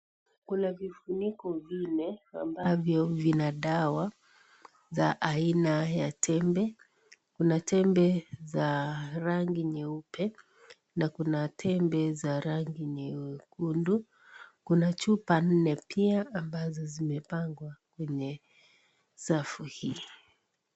Kuna vifuniko vine amabvyo vina dawa za aina ya tembe, kuna tembe za rangi nyeupe na kuna tembe za rangi nyekundu kuna chupa nne pia ambazo zimepangwa kwenye safu hii.